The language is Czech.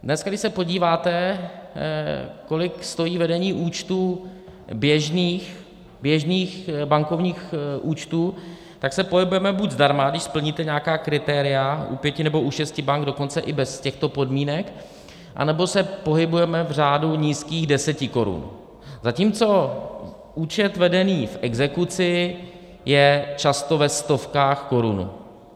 Dneska, když se podíváte, kolik stojí vedení účtů, běžných bankovních účtů, tak se pohybujeme buď zdarma, když splníte nějaká kritéria, u pěti nebo šesti bank dokonce i bez těchto podmínek, anebo se pohybujeme v řádu nízkých desetikorun, zatímco účet vedený v exekuci je často ve stovkách korun.